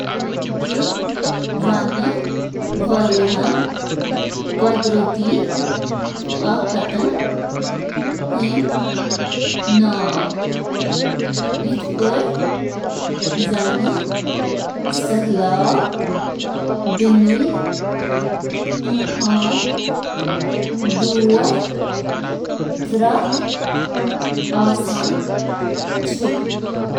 قۄدرٔتی آفتن ہٕنٛدیٚن زیادٕ کھۄتہٕ زیٛادٕ قٕسمن ہُنٛد ناو دِیِو